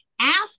Ask